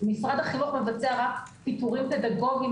משרד החינוך מבצע רק פיטורים פדגוגיים,